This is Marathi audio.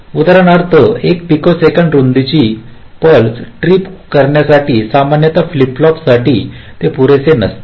उदाहरणार्थ एक पिकोसेकंद रुंदीची पल्स ट्रिप करण्यासाठी सामान्यतः फ्लिप फ्लॉपसाठी ते पुरेसे नसते